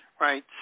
Right